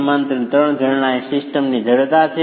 સમાંતરમાં 3 ઝરણા એ સિસ્ટમની જ જડતા છે